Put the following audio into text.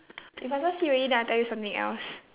you faster see already then I tell you something else